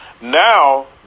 now